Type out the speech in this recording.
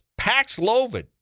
Paxlovid